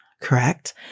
correct